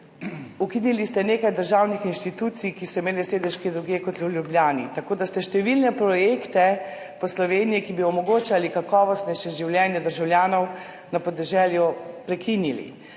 Ukinili ste nekaj državnih inštitucij, ki so imele sedež kje drugje kot v Ljubljani, tako da ste številne projekte po Sloveniji, ki bi omogočali kakovostnejše življenje državljanov na podeželju, prekinili.